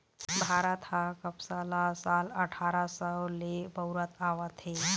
भारत ह कपसा ल साल अठारा सव ले बउरत आवत हे